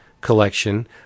collection